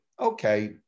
okay